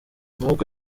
amaboko